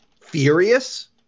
furious